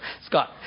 Scott